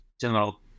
general